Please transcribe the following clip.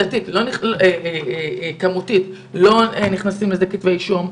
עובדתית וכמותית לא מוגשים על זה כתבי אישום.